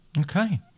Okay